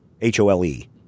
H-O-L-E